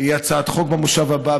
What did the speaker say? תהיה הצעת חוק במושב הבא,